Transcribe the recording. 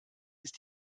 ist